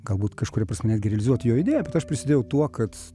galbūt kažkuria prasme netgi realizuoti jo idėją aš prisidėjau tuo kad